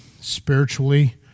spiritually